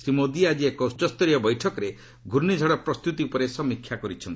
ଶ୍ରୀ ମୋଦି ଆଜି ଏକ ଉଚ୍ଚସ୍ତରୀୟ ବୈଠକରେ ଘୂର୍ଣ୍ଣିଝଡ଼ ପ୍ରସ୍ତୁତି ଉପରେ ସମୀକ୍ଷା କରିଛନ୍ତି